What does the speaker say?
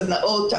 סדנאות,